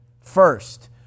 First